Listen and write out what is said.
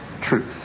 truth